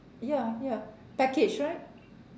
ya ya package right